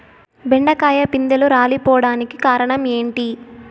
బెండకాయ పిందెలు రాలిపోవడానికి కారణం ఏంటి?